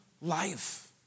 life